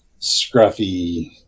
scruffy